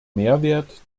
mehrwert